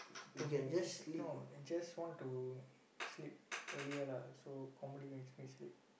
don't make me no I just want to sleep earlier lah so comedy makes me sleep